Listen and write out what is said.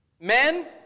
Men